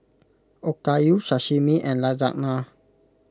Okayu Sashimi and Lasagna